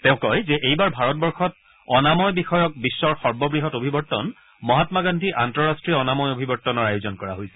তেওঁ কয় যে এইবাৰ ভাৰতবৰ্ষত অনাময় বিষয়ক বিশ্বৰ সৰ্ববৃহৎ অভিৱৰ্তন মহাম্মা গাদ্ধী আন্তঃৰাষ্ট্ৰীয় অনাময় অভিৱৰ্তনৰ আয়োজন কৰা হৈছে